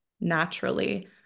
naturally